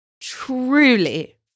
truly